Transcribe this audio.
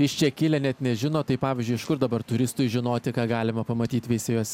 iš čia kilę net nežino tai pavyzdžiui iš kur dabar turistui žinoti ką galima pamatyt veisiejuos